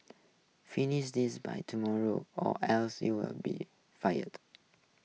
finish this by tomorrow or else you'll be fired